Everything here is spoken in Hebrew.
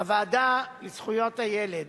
הוועדה לזכויות הילד